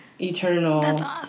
eternal